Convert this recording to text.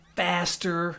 faster